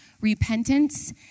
repentance